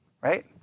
right